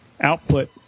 output